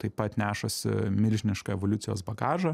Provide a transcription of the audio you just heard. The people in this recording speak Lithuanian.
taip pat nešasi milžinišką evoliucijos bagažą